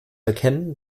erkennen